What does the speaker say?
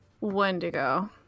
Wendigo